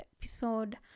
episode